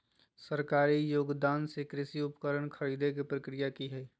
सरकारी योगदान से कृषि उपकरण खरीदे के प्रक्रिया की हय?